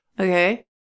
Okay